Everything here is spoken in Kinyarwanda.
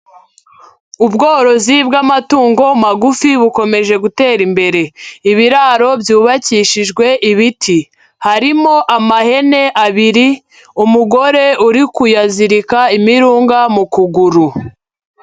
Ubworozi bw'amatungo magufi bukomeje gutera imbere, ibiraro byubakishijwe ibiti, harimo amahene abiri umugore uri kuyazirika imirunga mu kuguru.